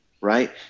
right